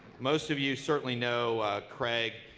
most of you certainly know craig,